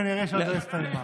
כנראה עוד לא הסתיימה.